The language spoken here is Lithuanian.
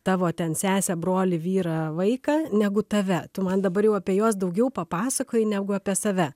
tavo ten sesę brolį vyrą vaiką negu tave tu man dabar jau apie juos daugiau papasakoti negu apie save